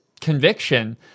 conviction